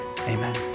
amen